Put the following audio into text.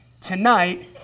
tonight